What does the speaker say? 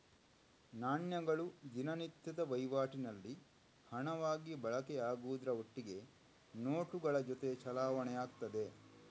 ನಾಣ್ಯಗಳು ದಿನನಿತ್ಯದ ವೈವಾಟಿನಲ್ಲಿ ಹಣವಾಗಿ ಬಳಕೆ ಆಗುದ್ರ ಒಟ್ಟಿಗೆ ನೋಟುಗಳ ಜೊತೆ ಚಲಾವಣೆ ಆಗ್ತದೆ